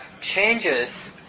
changes